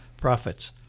profits